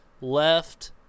left